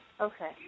Okay